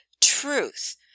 truth